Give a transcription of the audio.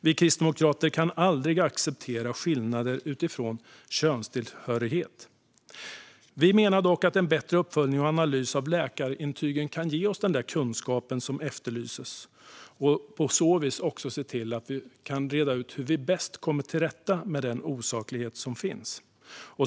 Vi kristdemokrater kan aldrig acceptera skillnader utifrån könstillhörighet. Vi menar dock att en bättre uppföljning och analys av läkarintygen kan ge oss den kunskap som efterlyses. På så vis kan vi också se till att vi kan reda ut hur vi bäst kommer till rätta med den osaklighet som finns.